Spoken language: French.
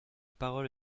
parole